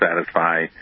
satisfy